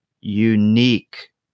unique